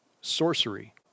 sorcery